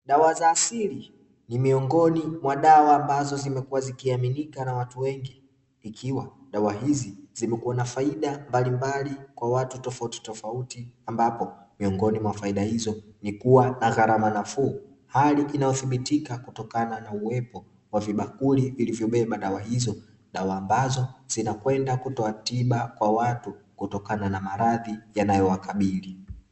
Dawa za asili ni miongoni mwa dawa ambazo zimekuwa zikiaminika na watu wengi, ikiwa dawa hizi zimekuwa na faida mbalimbali kwa watu tofauti tofauti ambapo miongoni mwa faida hizo ni kuwa na gharama nafuu, hali inayothibitika kutokana na uwepo wa vibakuli vilivyobeba dawa hizo dawa ambazo zinakwenda kutoa tiba kwa watu kutokana na maradhi yanayowakabili.